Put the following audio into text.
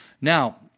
now